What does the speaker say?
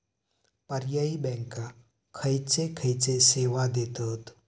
पर्यायी बँका खयचे खयचे सेवा देतत?